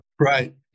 right